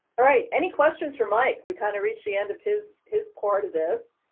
all right. any questions for mike? we kind of reached the end of his, his part of this.